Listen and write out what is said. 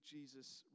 Jesus